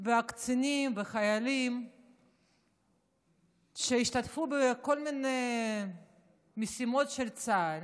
הקצינים והחיילים שהשתתפו בכל מיני משימות של צה"ל,